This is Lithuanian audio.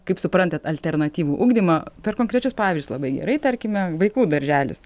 kaip suprantat alternatyvų ugdymą per konkrečius pavyzdžius labai gerai tarkime vaikų darželis